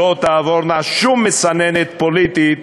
לא תעבורנה שום מסננת פוליטית